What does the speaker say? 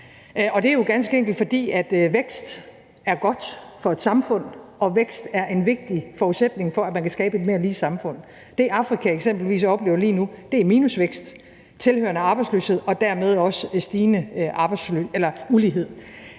og det er jo, ganske enkelt fordi vækst er godt for et samfund og vækst er en vigtig forudsætning for, at man kan skabe et mere lige samfund. Det, Afrika eksempelvis oplever lige nu, er minusvækst, tilhørende arbejdsløshed og dermed også stigende ulighed.